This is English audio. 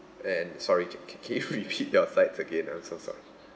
and sorry ca~ ca~ can you repeat your sides again ah so sorry